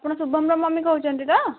ଆପଣ ଶୁଭମର ମମି କହୁଛନ୍ତି ତ